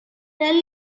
tell